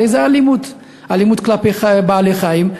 הרי זו אלימות כלפי בעלי-חיים.